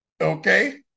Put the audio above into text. Okay